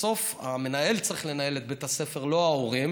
בסוף, המנהל צריך לנהל את בית הספר, לא ההורים.